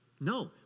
No